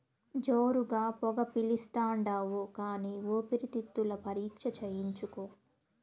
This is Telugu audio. జోరుగా పొగ పిలిస్తాండావు కానీ ఊపిరితిత్తుల పరీక్ష చేయించుకో